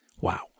Wow